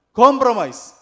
compromise